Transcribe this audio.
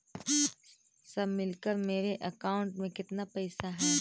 सब मिलकर मेरे अकाउंट में केतना पैसा है?